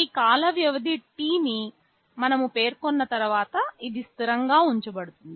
ఈ కాల వ్యవధి T ని మనము పేర్కొన్న తర్వాత ఇది స్థిరంగా ఉంచబడుతుంది